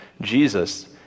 Jesus